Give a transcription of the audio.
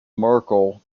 merkel